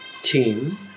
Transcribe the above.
team